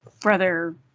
brother